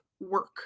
work